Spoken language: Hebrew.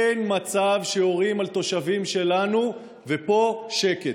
אין מצב שיורים על תושבים שלנו, ופה שקט.